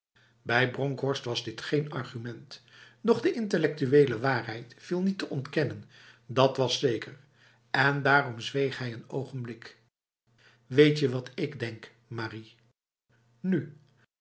bij bronkhorst was dit geen argument doch de intellectuele waarheid viel niet te ontkennen dat was zeker en daarom zweeg hij een ogenblik weetje wat ik denk marie nuf